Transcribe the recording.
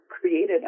created